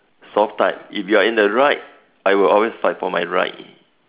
soft type if you're in the right I will always fight for my right